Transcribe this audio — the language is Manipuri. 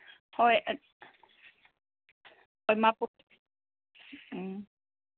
ꯍꯣꯏ ꯎꯝ